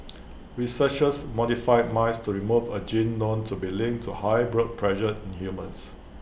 researchers modified mice to remove A gene known to be linked to high blood pressure in humans